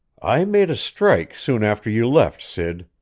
i made a strike soon after you left, sid.